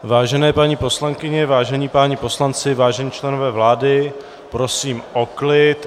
Vážené paní poslankyně, vážení páni poslanci, vážení členové vlády, prosím o klid.